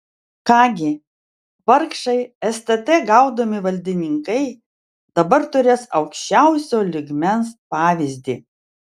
ką gi vargšai stt gaudomi valdininkai dabar turės aukščiausio lygmens pavyzdį